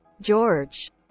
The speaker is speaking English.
george